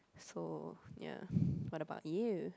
so ya what about you